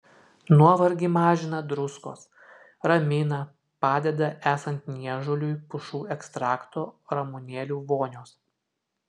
nuovargį mažina druskos ramina padeda esant niežuliui pušų ekstrakto ramunėlių vonios